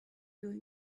really